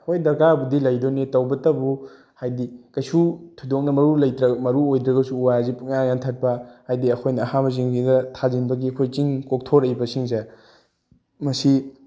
ꯍꯣꯏ ꯗꯔꯀꯥꯔꯕꯨꯗꯤ ꯂꯩꯗꯣꯏꯅꯤ ꯇꯧꯕꯇꯕꯨ ꯍꯥꯏꯗꯤ ꯀꯩꯁꯨ ꯊꯣꯏꯗꯣꯛꯅ ꯃꯔꯨ ꯃꯔꯨ ꯑꯣꯏꯗ꯭ꯔꯒꯁꯨ ꯎ ꯋꯥꯁꯦ ꯄꯪꯌꯥꯟ ꯌꯥꯟꯊꯠꯄ ꯍꯥꯏꯗꯤ ꯑꯩꯈꯣꯏꯅ ꯑꯍꯥꯡꯕꯁꯤꯡꯁꯤꯗ ꯊꯥꯖꯤꯟꯕꯒꯤ ꯑꯩꯈꯣꯏ ꯆꯤꯡ ꯀꯣꯛꯊꯣꯔꯛꯏꯕꯁꯤꯡꯁꯦ ꯃꯁꯤ